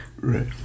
Right